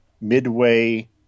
midway